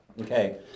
Okay